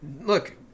look